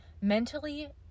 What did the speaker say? mentally